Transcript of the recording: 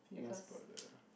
I think it was part of the